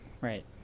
right